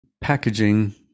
packaging